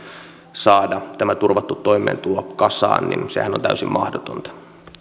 saada tämä turvattu toimeentulo kasaan niin sehän on täysin mahdotonta